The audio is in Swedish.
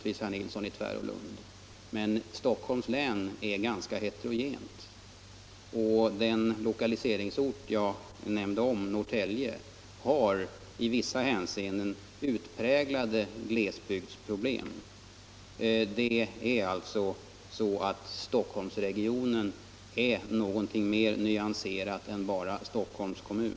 Herr Nilsson i Tvärålund avsåg naturligtvis Stockholms län, men det är ett ganska heterogent län. Den lokaliseringsort jag nämnde, Norrtälje, har i vissa hänseenden utpräglade glesbygdsproblem. Stockholmsregionen uppvisar alltså större variationer än vad som är fallet med Stockholms kommun.